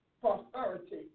prosperity